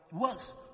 works